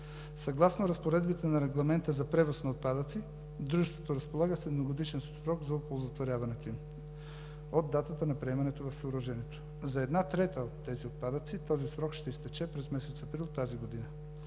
Съгласно разпоредбите на Регламента за превоз на отпадъци дружеството разполага с едногодишен срок за оползотворяването им от датата на приемането в съоръжението. За една трета от тези отпадъци този срок ще изтече през месец април тази година.